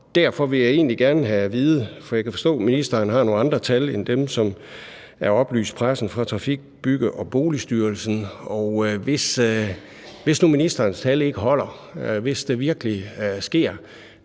trafiksituation i Nørresundby. Jeg kan forstå, at ministeren har nogle andre tal end dem, der er oplyst pressen fra Trafik-, Bygge- og Boligstyrelsen, men hvis nu ministerens tal ikke holder, hvis der virkelig sker